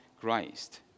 Christ